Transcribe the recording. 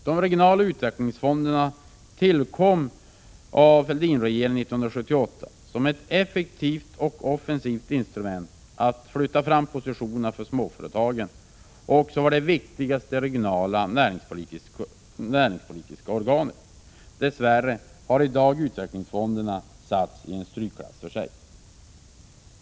De regionala utvecklingsfonderna tillkom genom Fälldinregeringens försorg 1978 som ett effektivt och offensivt insrument för att flytta fram positionerna för småföretagen och som det viktigaste regionala näringspolitiska organet. Dess värre har i dag utvecklingsfonderna satts i strykklass.